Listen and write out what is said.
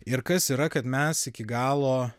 ir kas yra kad mes iki galo